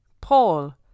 Paul